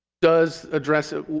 does address it.